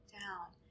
down